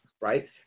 right